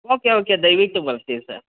okay okay ದಯವಿಟ್ಟು ಬಳಸಿ sir